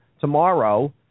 tomorrow